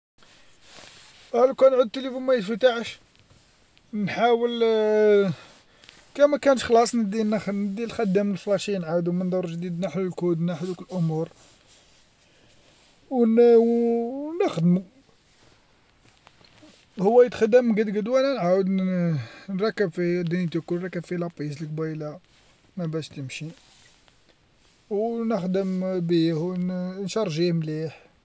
راه لوكان عاد تليفون ما يتفتحش نحاول كان مكانش خلاص نديه نخدمو نديه لخدام نفلاشيه نعودو من دارة وجديد نحيلو كود نحي ذوك أمور ونخدمو هو يتخدم قدقد وانا نعاود نركب فيه دنيتو كل نركب فبه لابس قبيلة ما باش تمشي، ونخدم بيه ونشارجيه مليح.